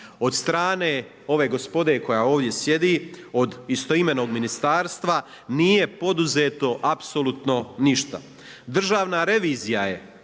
Od strane ove gospode koja ovdje sjedi, od istoimenog ministarstva, nije poduzeto apsolutno ništa. Državna revizija je